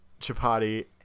chapati